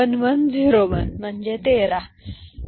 तर हे आपले 1 1 0 1 आहे